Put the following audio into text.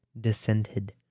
Dissented